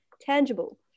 tangible